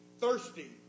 thirsty